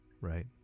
right